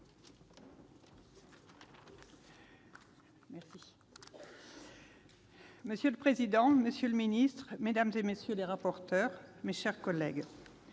Rauscent. Monsieur le président, monsieur le ministre, madame, messieurs les rapporteurs, mes chers collègues,